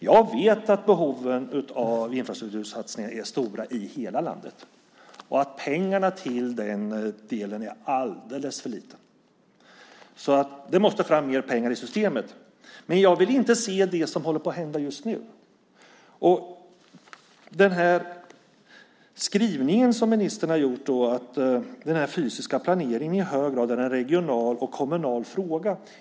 Jag vet att behoven av infrastruktursatsningar är stora i hela landet och att pengarna till den delen är alldeles för snålt tilltagna. Det måste alltså fram mer pengar i systemet. Men jag vill inte se det som håller på att hända just nu. Ministern har gjort en skrivning om att den fysiska planeringen i hög grad är en regional och kommunal fråga.